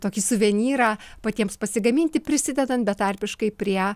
tokį suvenyrą patiems pasigaminti prisidedant betarpiškai prie